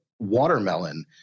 watermelon